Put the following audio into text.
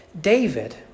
David